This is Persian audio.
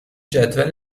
جدول